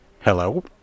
hello